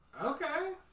Okay